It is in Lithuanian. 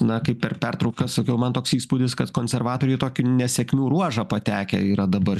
na kaip per pertrauką sakiau man toks įspūdis kad konservatoriai į tokį nesėkmių ruožą patekę yra dabar